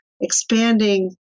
expanding